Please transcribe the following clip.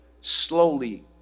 slowly